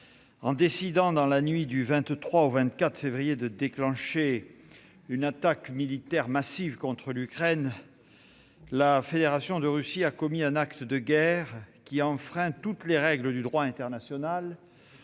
en décidant, dans la nuit du 23 au 24 février, de déclencher une attaque militaire massive contre l'Ukraine, la Fédération de Russie a commis un acte de guerre qui enfreint toutes les règles du droit international,